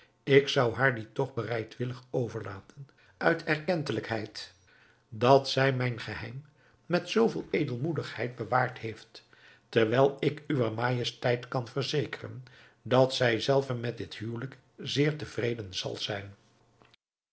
ik zou haar dien toch bereidwillig overlaten uit erkentelijkheid dat zij mijn geheim met zooveel edelmoedigheid bewaard heeft terwijl ik uwer majesteit kan verzekeren dat zij zelve met dit huwelijk zeer tevreden zal zijn